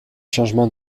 changements